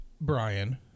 Brian